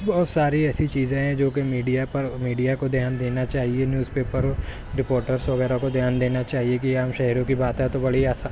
بہت ساری ایسی چیزیں ہیں جوکہ میڈیا پر میڈیا کو دھیان دینا چاہیے نیوز پیپر رپورٹرس وغیرہ کو دھیان دینا چاہیے کہ ہم شہروں کی باتیں تو بڑی آسان